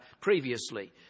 previously